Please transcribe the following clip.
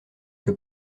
que